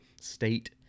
state